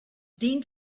dient